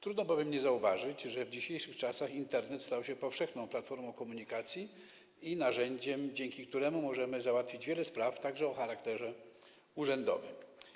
Trudno bowiem nie zauważyć, że w dzisiejszych czasach Internet stał się powszechną platformą komunikacji i narzędziem, dzięki któremu możemy załatwić wiele spraw, także tych o charakterze urzędowym.